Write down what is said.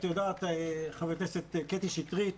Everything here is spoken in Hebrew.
חברת הכנסת קטי שטרית,